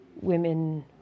women